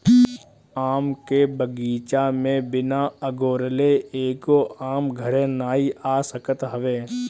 आम के बगीचा में बिना अगोरले एगो आम घरे नाइ आ सकत हवे